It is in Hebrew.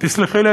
תסלחי לי,